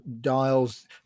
dials